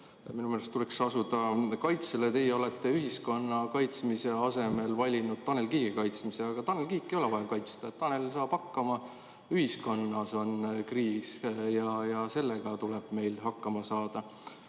Minu meelest tuleks asuda kaitsele. Teie olete ühiskonna kaitsmise asemel valinud Tanel Kiige kaitsmise, aga Tanel Kiike ei ole vaja kaitsta, Tanel saab hakkama. Ühiskonnas on kriis ja sellega tuleb meil hakkama saada.